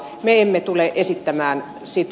me emme tule esittämään sitä